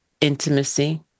intimacy